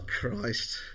Christ